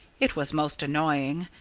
it was most annoying.